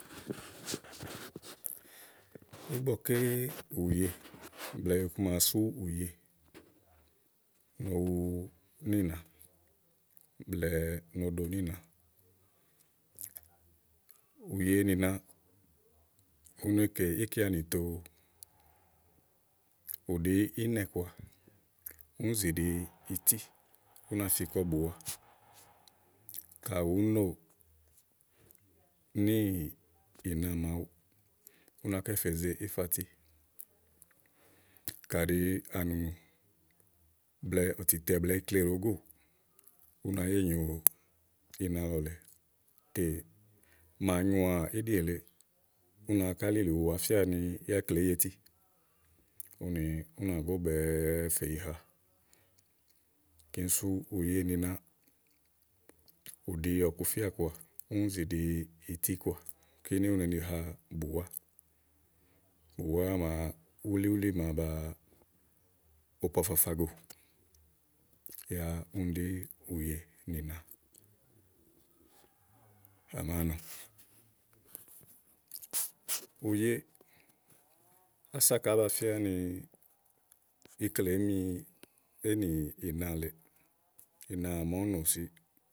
ígbɔké ùye blɛ̀ɛ iku maké sú úye nìo wu níìna blɛ̀ɛ no ɖo níìna ùye nìna, u ne kè íkeanì tòo. ù ɖi ínɛ̀ kɔà, úni zì ɖi ití ú na fi kɔ bùwá kayi ùú nò níì ina màawu ù nàá kɛ fè ze ífati. kàɖi ànùnù, ɔ̀tìtɛ̀ blɛɛ ikle ɖòo góò, ú nàá ye nyòoina lɔ lèe tè màa nyoà íɖì èle, ú nàá áŋká lilí ya wàá fia ni íkle èé ye ití úni ú nà góbɛ̀ɛ fè yì ha kíni sú ùye nìna, ùɖi ɔkufíà kɔà, úni zì ɖi ití kɔà kíni ú ne ni ha bùwá bùwá màa wúlí wulí màa ba opo afafa go yá úni ɖí ùye nìna à màáa nɔ ùye, kása kàá ba fía ni ikle èé mi éènì na lèe màa úni nò si.